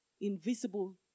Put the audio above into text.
invisible